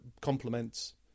compliments